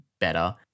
better